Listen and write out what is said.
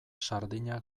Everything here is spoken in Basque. sardina